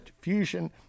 fusion